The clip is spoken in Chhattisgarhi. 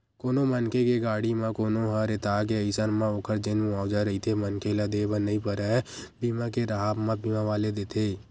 कोनो मनखे के गाड़ी म कोनो ह रेतागे अइसन म ओखर जेन मुवाजा रहिथे मनखे ल देय बर नइ परय बीमा के राहब म बीमा वाले देथे